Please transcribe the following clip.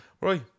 right